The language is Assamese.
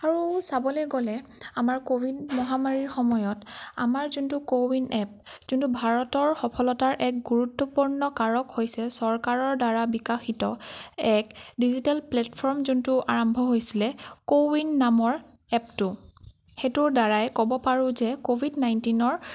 আৰু চাবলৈ গ'লে আমাৰ ক'ৱিন মহামাৰীৰ সময়ত আমাৰ যোনটো ক'ৱিন এপ যোনটো ভাৰতৰ সফলতাৰ এক গুৰুত্বপূৰ্ণ কাৰক হৈছে চৰকাৰৰ দ্বাৰা বিকাশিত এক ডিজিটেল প্লেটফৰ্ম যোনটো আৰম্ভ হৈছিলে ক'ৱিন নামৰ এপটো সেইটোৰ দ্বাৰাই ক'ব পাৰো যে ক'ভিড নাইণ্টিনৰ